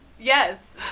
yes